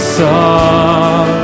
song